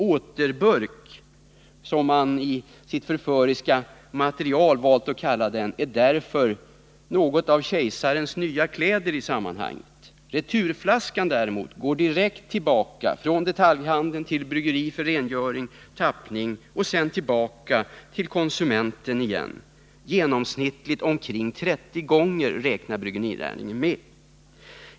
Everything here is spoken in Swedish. ”Återburk”, som man i sitt förföriska material valt att kalla den, är därför ett ord som i sammanhanget har något av kejsarens nya kläder över sig. Returflaskan däremot går direkt tillbaka från detaljhandeln till bryggeriet för rengöring och tappning och sedan tillbaka igen till konsumenten — genomsnittligt 30 gånger räknar bryggerinäringen med.